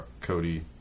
Cody